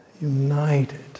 United